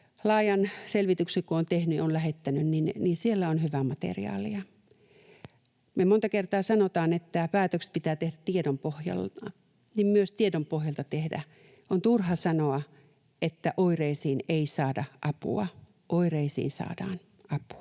laajan selvityksen, niin että siellä on hyvää materiaalia. Kun me monta kertaa sanotaan, että päätökset pitää tehdä tiedon pohjalta, niin tiedon pohjalta myös tehdään. On turha sanoa, että oireisiin ei saada apua. Oireisiin saadaan apua.